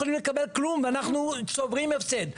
ואני מצטרף לבקשה של אפרת,